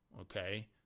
okay